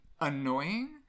annoying